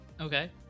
okay